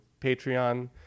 Patreon